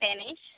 Spanish